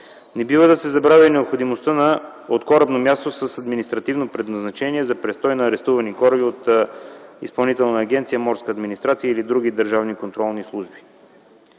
Не бива да се забравя и необходимостта от корабно място с административно предназначение за престой на арестувани кораби от Изпълнителна агенция „Морска администрация” или други държавни контролни служби.